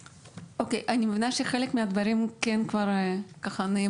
אני מבינה שחלק מן הדברים כבר נאמרו.